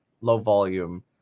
low-volume